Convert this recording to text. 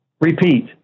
repeat